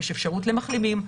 יש אפשרות למחלימים,